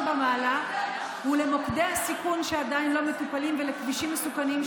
במעלה הוא למוקדי הסיכון שעדיין לא מטופלים ולכבישים מסוכנים,